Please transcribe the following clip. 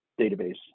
database